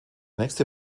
nächste